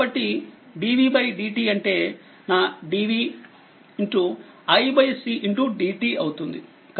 కాబట్టిdv dt అంటే నా dv iCdt అవుతుంది